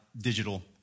digital